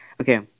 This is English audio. okay